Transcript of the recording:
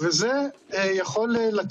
ופותח את הישיבה בהודעה למזכירת הכנסת.